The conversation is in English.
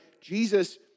Jesus